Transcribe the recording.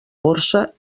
borsa